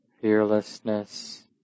fearlessness